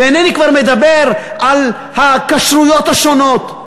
ואינני מדבר כבר על הכשרויות השונות,